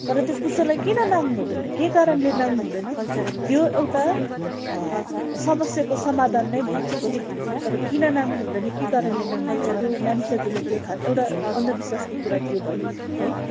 तर त्यो कुच्चोलाई किन नाघ्नु हुँदैन के कारणले नाघ्नु हुँदैन त्यो एउटा समस्याको समाधान नै भएको छैन तर किन नाघ्नु हुँदैन के कारणले नाघ्नु हुँदैन त्यो मानिस जातिले त्यो थाहा एउटा अन्धविश्वासको कुरा त्यो भयो है